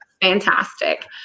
fantastic